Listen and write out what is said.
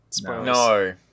No